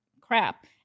crap